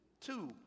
two